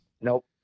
Nope